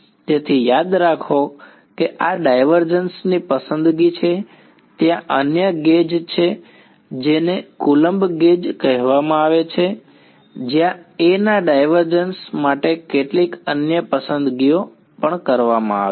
તેથી યાદ રાખો કે આ ડાયવર્ઝન્સ ની પસંદગી છે ત્યાં અન્ય ગેજ છે જેને કુલંબ ગેજ કહેવામાં આવે છે જ્યાં A ના ડાયવર્ઝન્સ માટે કેટલીક અન્ય પસંદગીઓ કરવામાં આવે છે